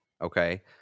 okay